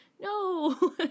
no